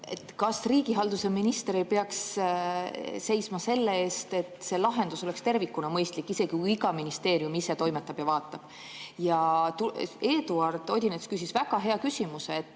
Kas riigihalduse minister ei peaks seisma selle eest, et lahendus oleks tervikuna mõistlik, isegi kui iga ministeerium ise toimetab ja vaatab? Eduard Odinets küsis väga hea küsimuse.